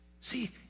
See